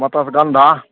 Matsyagandha